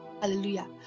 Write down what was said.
hallelujah